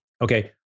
okay